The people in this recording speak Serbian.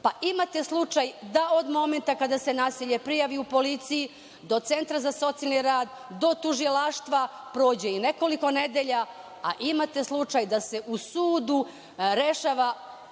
pa imate slučaj da od momenta kada se nasilje prijavi u policiji do centra za socijalni rad do tužilaštva, prođe i nekoliko nedelja, a imate slučaj da se u sudu rešava